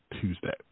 Tuesday